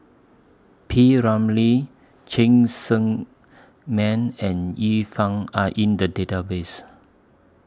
P Ramlee Cheng Tsang Man and Yi Fang Are in The Database